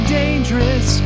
dangerous